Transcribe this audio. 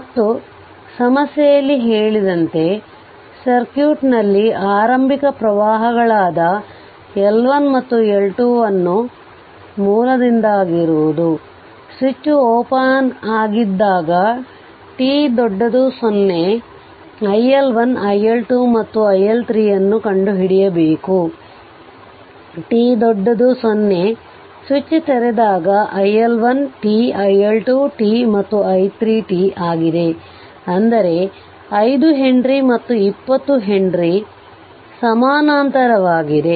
ಮತ್ತು ಸಮಸ್ಯೆಯಲ್ಲಿ ಹೇಳಿದಂತೆ ಸರ್ಕ್ಯೂಟ್ನಲ್ಲಿ ಆರಂಭಿಕ ಪ್ರವಾಹಗಳಾದ L1 ಮತ್ತು L2 ಅನ್ನು ಮೂಲದಿಂದಾಗಿರುವುದು ಸ್ವಿಚ್ ಒಪನ್ ಆಗಿದ್ದಾಗ t 0 iL1 iL2 ಮತ್ತು i L3ನ್ನು ಕಂಡುಹಿಡಿಯಬೇಕು t 0 ಸ್ವಿಚ್ ತೆರೆದಾಗ iL1 t iL2 t ಮತ್ತು i3t ಆಗಿದೆ ಅಂದರೆ5 ಹೆನ್ರಿ ಮತ್ತು 20 ಹೆನ್ರಿ ಸಮಾನಾಂತರವಾಗಿದೆ